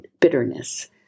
bitterness